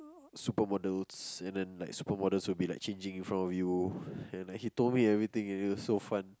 super models and then like super models will be like changing in front of you and like he told me everything and it was so fun